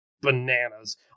bananas